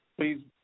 Please